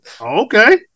Okay